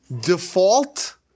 default